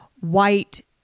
white